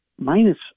minus